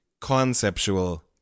conceptual